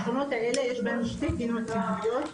השכונות האלה יש בהן שתי גינות ציבוריות.